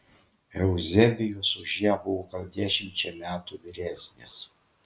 euzebijus už ją buvo gal dešimčia metų vyresnis